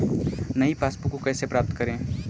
नई पासबुक को कैसे प्राप्त करें?